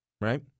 right